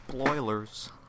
Spoilers